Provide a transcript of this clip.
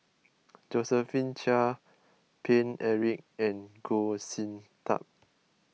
Josephine Chia Paine Eric and Goh Sin Tub